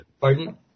Pardon